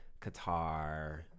Qatar